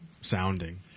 sounding